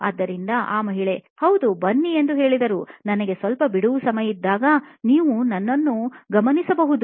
ಆದ್ದರಿಂದ ಆ ಮಹಿಳೆ ಹೌದು ಬನ್ನಿ ಎಂದು ಹೇಳಿದರು ನನಗೆ ಸ್ವಲ್ಪ ಬಿಡುವು ಸಮಯ ಇದ್ದಾಗ ನೀವು ಬಂದು ನನ್ನನ್ನು ಗಮನಿಸಬಹುದು